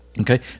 Okay